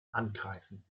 angreifen